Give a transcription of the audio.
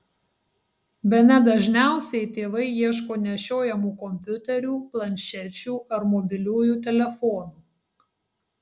bene dažniausiai tėvai ieško nešiojamų kompiuterių planšečių ar mobiliųjų telefonų